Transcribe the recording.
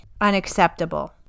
unacceptable